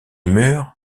meurt